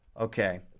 Okay